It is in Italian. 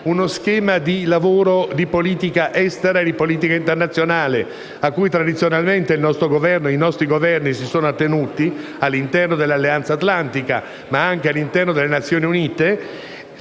uno schema di lavoro di politica estera e di politica internazionale, a cui tradizionalmente i nostri Governi si sono attenuti all'interno dell'Alleanza atlantica, ma anche delle Nazioni Unite.